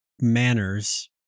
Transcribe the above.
manners